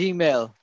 Gmail